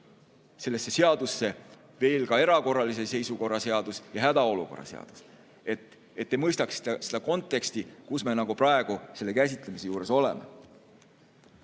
sellesse seadusse veel ka erakorralise seisukorra seadus ja hädaolukorra seadus. Et te mõistaksite seda konteksti, kus me praegu selle käsitlemise juures oleme.2022.